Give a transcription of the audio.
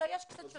לא, יש קצת שוני.